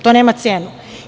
To nema cenu.